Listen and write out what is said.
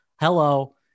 hello